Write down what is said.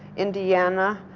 indiana,